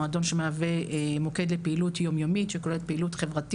מועדון שמהווה מוקד לפעילות יום יומית חברתית,